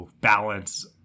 balance